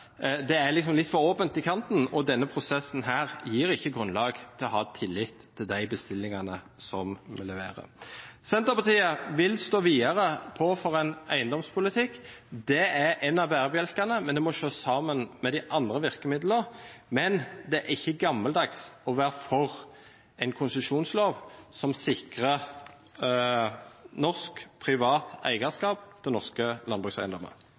det er litt for åpent i kanten, og denne prosessen her gir ikke grunnlag for å ha tillit med hensyn til de bestillingene som vi leverer. Senterpartiet vil stå videre på for en eiendomspolitikk. Det er en av bærebjelkene, men det må ses sammen med andre virkemidler. Men det er ikke gammeldags å være for en konsesjonslov som sikrer norsk privat eierskap til norske landbrukseiendommer.